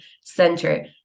center